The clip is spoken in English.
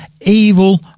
evil